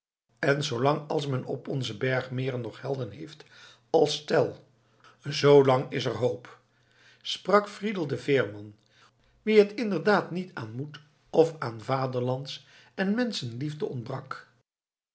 en zoo lang als men op onze bergmeren nog helden heeft als tell zoolang is er hoop sprak friedel de veerman wien het inderdaad niet aan moed of aan vaderlands en menschenliefde ontbrak